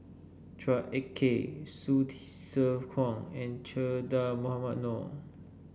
Chua Ek Kay Hsu Tse Kwang and Che Dah Mohamed Noor